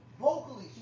vocally